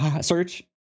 search